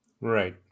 right